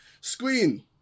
Screen